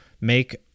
make